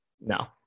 No